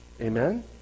Amen